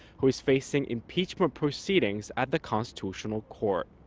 who is facing impeachment proceedings at the constitutional court.